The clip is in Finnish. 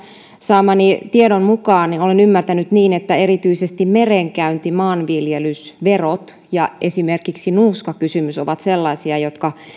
saamani tiedon mukaan olen ymmärtänyt niin että erityisesti merenkäynti maanviljelys verot ja esimerkiksi nuuskakysymys ovat sellaisia jotka